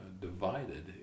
Divided